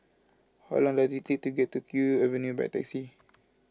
how long does it take to get to Kew Avenue by taxi